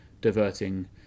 diverting